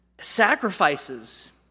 sacrifices